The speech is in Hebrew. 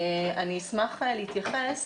אני אשמח להתייחס